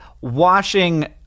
washing